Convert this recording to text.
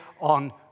on